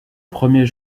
premier